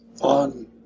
on